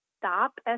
stop